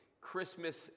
Christmas